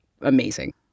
amazing